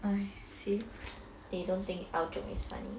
!aiya! see they don't think our joke is funny